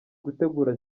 gutegura